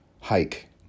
hike